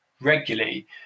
regularly